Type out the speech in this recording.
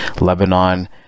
Lebanon